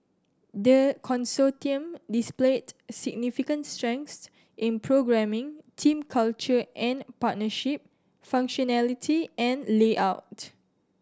the Consortium displayed significant strengths in programming team culture and partnership functionality and layout